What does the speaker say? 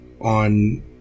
on